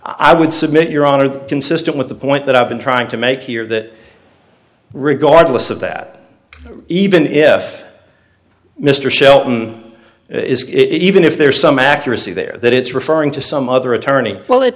i would submit your honor consistent with the point that i've been trying to make here that regardless of that even if mr shelton is it even if there's some accuracy there that it's referring to some other attorney well it